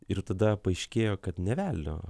ir tada paaiškėjo kad nė velnio